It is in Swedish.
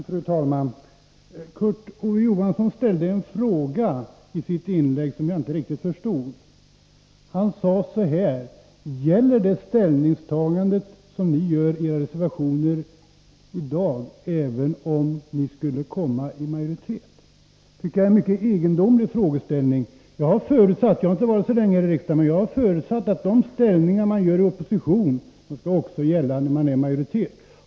Fru talman! Kurt Ove Johansson ställde en fråga i sitt inlägg som jag inte riktigt förstod. Han sade: Gäller det ställningstagande som ni i dag gör i reservationer även om ni skulle komma i majoritet? Det tycker jag är en mycket egendomlig frågeställning. Jag har i och för sig inte varit så länge här i riksdagen, men jag har förutsatt att de ställningstaganden som man gör i opposition också skall gälla när man är i majoritet.